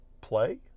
play